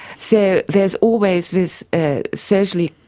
so there's always this ah socially